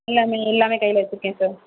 எல்லாமே எல்லாமே கையில் வைச்சிருக்கேன் சார்